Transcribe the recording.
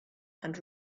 and